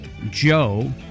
joe